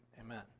amen